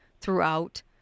throughout